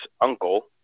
uncle